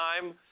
time